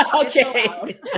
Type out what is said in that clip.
Okay